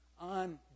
on